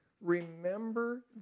Remember